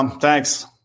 Thanks